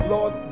Lord